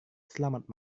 selamat